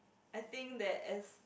I think that as